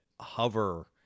hover